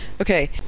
okay